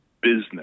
business